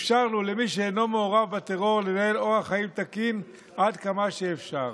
אפשרנו למי שאינו מעורב בטרור לנהל אורח חיים תקין עד כמה שאפשר.